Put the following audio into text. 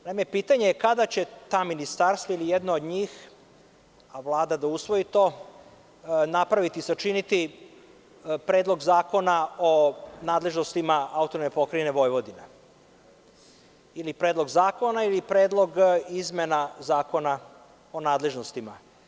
Naime, pitanje je kada će ta ministarstva ili jedno od njih, a Vlada da usvoji to, napraviti i sačiniti Predlog zakona o nadležnosti AP Vojvodine ili predlog zakona ili predlog izmena zakona o nadležnostima?